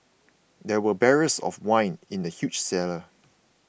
there were barrels of wine in the huge cellar